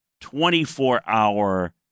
24-hour